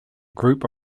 group